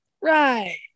Right